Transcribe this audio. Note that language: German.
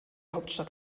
hauptstadt